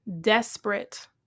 desperate